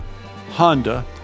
Honda